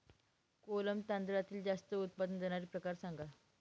कोलम तांदळातील जास्त उत्पादन देणारे प्रकार सांगा